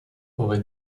aurait